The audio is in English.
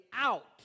out